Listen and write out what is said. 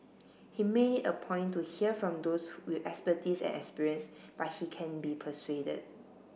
he made it a point to hear from those with expertise and experience but he can be persuaded